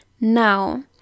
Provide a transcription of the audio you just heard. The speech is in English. now